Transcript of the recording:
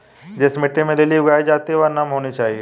जिस मिट्टी में लिली उगाई जाती है वह नम होनी चाहिए